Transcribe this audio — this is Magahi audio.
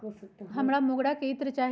हमरा मोगरा के इत्र चाही